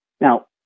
Now